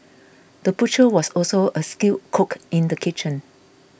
the butcher was also a skilled cook in the kitchen